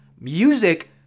Music